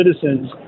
citizens